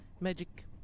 Magic